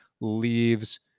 leaves